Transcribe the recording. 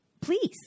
Please